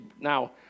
now